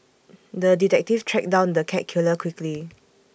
the detective tracked down the cat killer quickly